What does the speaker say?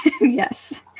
yes